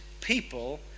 people